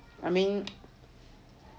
I mean